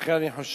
לכן, אני חושב